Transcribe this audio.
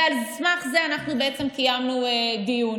ועל סמך זה אנחנו בעצם קיימנו דיון.